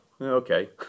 okay